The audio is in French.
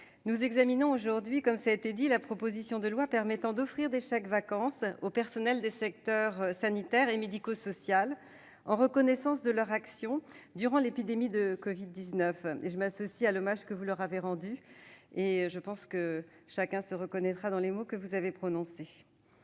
Nous examinons aujourd'hui la proposition de loi permettant d'offrir des chèques-vacances aux personnels des secteurs sanitaire et médico-social en reconnaissance de leur action durant l'épidémie de covid-19. Je m'associe à l'hommage que vous leur avez rendu, chacun se reconnaîtra dans les mots que vous avez prononcés.